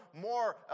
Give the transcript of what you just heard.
more